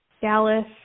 Dallas –